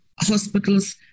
hospitals